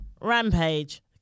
Rampage